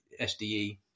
SDE